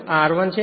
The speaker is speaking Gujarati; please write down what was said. અને આ r 1 છે